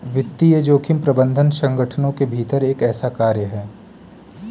वित्तीय जोखिम प्रबंधन संगठनों के भीतर एक ऐसा कार्य है